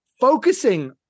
focusing